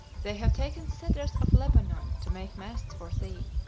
they have taken cedars of lebanon to make masts for thee.